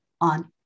on